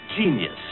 genius